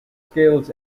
skills